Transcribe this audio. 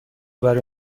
برای